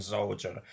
Soldier